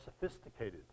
sophisticated